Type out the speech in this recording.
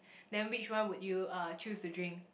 then which one would you uh choose to drink